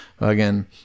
Again